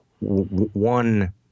one